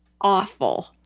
awful